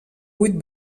vuit